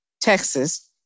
Texas